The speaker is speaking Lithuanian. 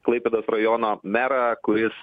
klaipėdos rajono merą kuris